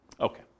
Okay